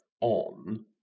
on